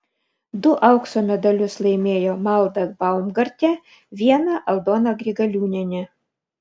du aukso medalius laimėjo malda baumgartė vieną aldona grigaliūnienė